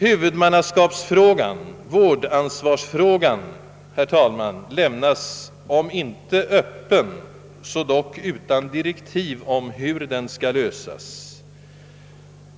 Huvudmannafrågan, vårdansvarsfrågan, lämnas, herr talman, om inte öppen så dock utan direktiv om hur den skall lösas.